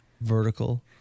vertical